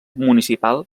municipal